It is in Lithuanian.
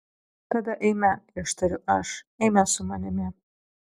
tada eime ištariu aš eime su manimi